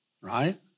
right